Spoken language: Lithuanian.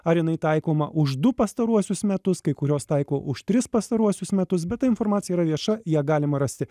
ar jinai taikoma už du pastaruosius metus kai kurios taiko už tris pastaruosius metus bet ta informacija yra vieša ją galima rasti